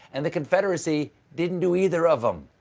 and the confederacy didn't do either of them.